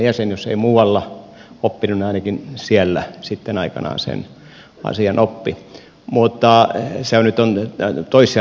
jos ei muualla oppinut niin ainakin siellä sitten aikanaan sen asian oppi mutta se nyt on toissijainen asia